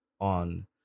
on